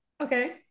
Okay